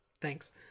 thanks